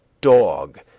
dog